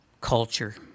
culture